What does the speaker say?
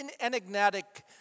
enigmatic